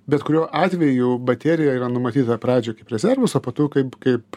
bet kuriuo atveju baterija yra numatyta pradžio kaip rezervas o po to kaip kaip